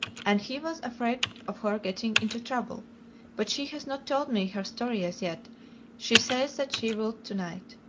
and he was afraid of her getting into trouble but she has not told me her story as yet she says that she will to-night.